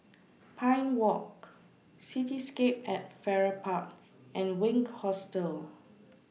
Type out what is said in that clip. Pine Walk Cityscape At Farrer Park and Wink Hostel